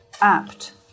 apt